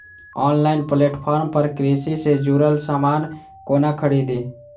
Online platform पर कृषि सँ जुड़ल समान कोना खरीदी?